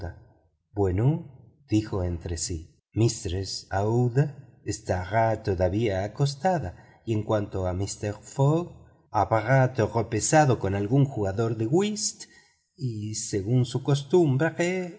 bueno dijo para sí mistress aouida estará todavía acostada y en cuanto a mister fogg habrá tropezado con algún jugador de whist y según su costumbre